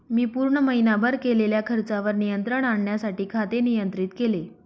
मी पूर्ण महीनाभर केलेल्या खर्चावर नियंत्रण आणण्यासाठी खाते नियंत्रित केले